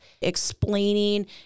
explaining